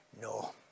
no